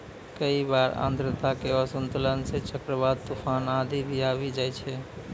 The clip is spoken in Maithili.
कई बार आर्द्रता के असंतुलन सं चक्रवात, तुफान आदि भी आबी जाय छै